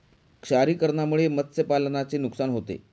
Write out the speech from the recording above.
क्षारीकरणामुळे मत्स्यपालनाचे नुकसान होते